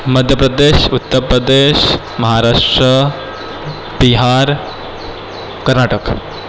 Madhya Pradesh Uttar Pradesh Maharashtra Bihar Karnataka